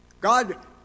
God